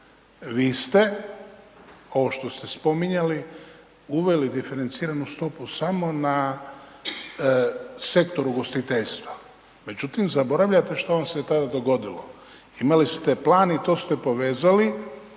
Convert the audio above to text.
vi ste ovo što ste spominjali, uveli diferenciranu stopu samo na sektor ugostiteljstva međutim zaboravljate što vam se tada dogodilo. Imali ste plan i to ste povezali